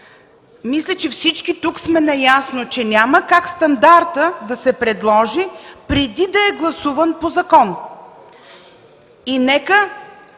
Мисля, че всички тук сме наясно, че няма как стандартът да се предложи преди да е гласуван по закон.